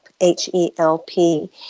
H-E-L-P